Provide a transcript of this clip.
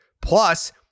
Plus